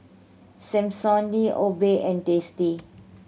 Samsonite Obey and Tasty